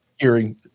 hearing